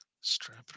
Strap